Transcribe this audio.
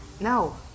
No